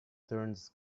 turns